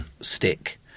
stick